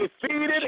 defeated